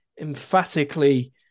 emphatically